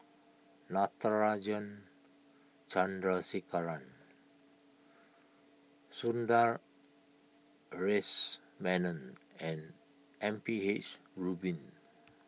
Natarajan Chandrasekaran Sundaresh Menon and M P H Rubin